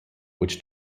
which